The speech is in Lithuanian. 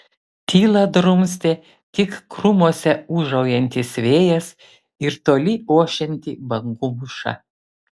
tylą drumstė tik krūmuose ūžaujantis vėjas ir toli ošianti bangų mūša